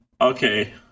Okay